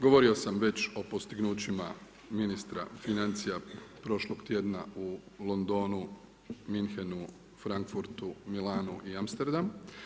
Govorio sam već o postignućima ministra financija prošlog tjedna u Londonu, Münchenu, Frankfurtu, Milanu i Amsterdamu.